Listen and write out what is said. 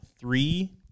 three